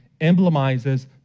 emblemizes